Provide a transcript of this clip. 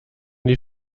die